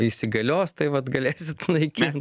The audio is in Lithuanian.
įsigalios tai vat galėsit naikint